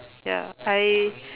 ya I